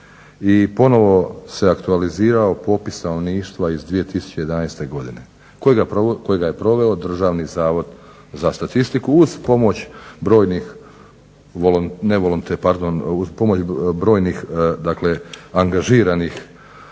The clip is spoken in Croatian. i ponovo se aktualizirao popis stanovništva iz 2011. godine kojega je proveo Državni zavod za statistiku uz pomoć brojnih angažiranih